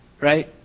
right